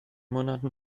monaten